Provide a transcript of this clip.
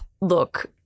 Look